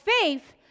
faith